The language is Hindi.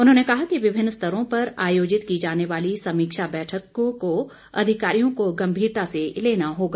उन्होंने कहा कि विभिन्न स्तरों पर आयोजित की जाने वाली समीक्षा बैठकों को अधिकारियों को गंभीरता से लेना होगा